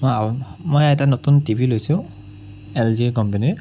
মই এটা নতুন টিভি লৈছোঁ এল জি কোম্পানিৰ